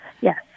Yes